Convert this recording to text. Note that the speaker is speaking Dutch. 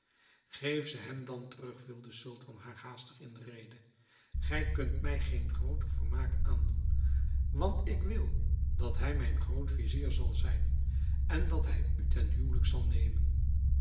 geef ze hem dan terug viel de sultan haar haastig in de rede gij kunt mij geen grooter vermaak aandoen want ik wil dat hij mijn groot-vizier zal zijn en dat hij u ten huwelijk zal nemen